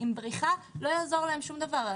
עם בריחה לא יעזור להם שום דבר.